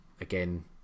again